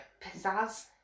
pizzazz